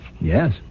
Yes